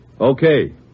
Okay